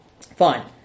Fine